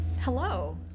Hello